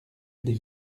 des